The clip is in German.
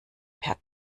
per